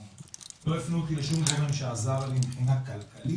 א.ש: לא הפנו אותי לשום גורם שעזר לי מבחינה כלכלית,